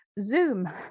zoom